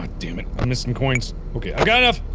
ah dammit i'm missing coins. ok, i got enough!